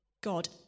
God